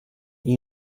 you